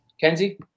Kenzie